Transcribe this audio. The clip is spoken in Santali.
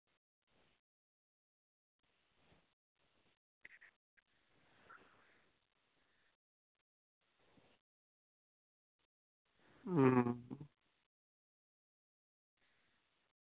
ᱦᱩᱸ